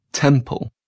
Temple